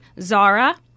Zara